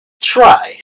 Try